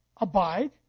Abide